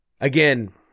Again